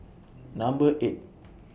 Number eight